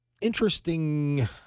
interesting